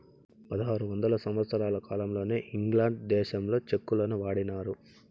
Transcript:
పదహారు వందల సంవత్సరాల కాలంలోనే ఇంగ్లాండ్ దేశంలో చెక్కులను వాడినారు